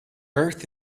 earth